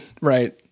right